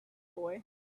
boy